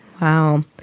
Wow